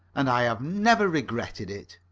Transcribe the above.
and i have never regretted it.